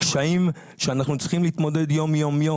קשיים שאנחנו צריכים להתמודד יום יום.